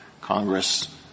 Congress